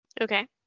Okay